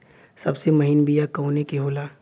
सबसे महीन बिया कवने के होला?